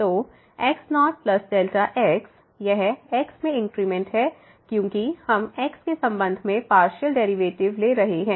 तो x0Δx यह x में इंक्रीमेंट है क्योंकि हम x के संबंध में पार्शियल डेरिवेटिव ले रहे हैं